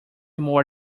more